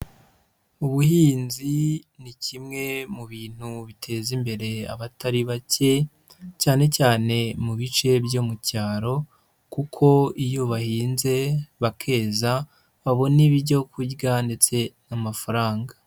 Ubuhinzi ni kimwe mu bintu biteza imbere abatari bake, cyane cyane mu bice byo mu cyaro kuko iyo bahinze bakeza babona ibyo kurya ndetse n'amafaranga.